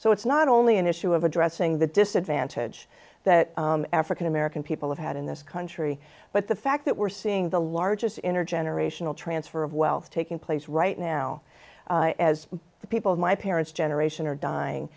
so it's not only an issue of addressing the disadvantage that african american people have had in this country but the fact that we're seeing the largest intergenerational transfer of wealth taking place right now as the people of my parents generation are dying